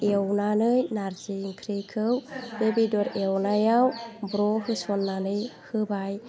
एवनानै नारजि ओंख्रिखौ बे बेदर एवनायाव ब्र' होसननानै होबाय